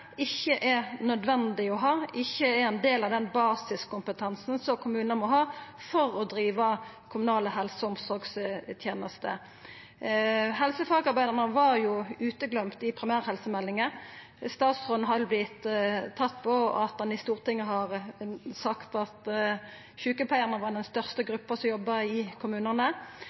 ikkje er nødvendig å ha, ikkje er ein del av den basiskompetansen som kommunane må ha for å driva kommunale helse- og omsorgstenester. Helsefagarbeidarane var utegløymde i primærhelsemeldinga, og statsråden har vorte tatt på at han i Stortinget har sagt at sjukepleiarane er den største gruppa som jobbar i kommunane.